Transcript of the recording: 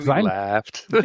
laughed